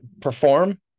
perform